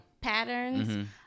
patterns